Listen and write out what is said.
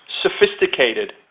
sophisticated